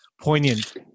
poignant